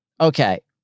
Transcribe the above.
Okay